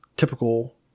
typical